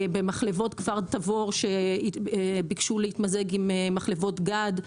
במחלבות כפר תבור שביקשו להתמזג עם מחלבות גד,